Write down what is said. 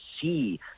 see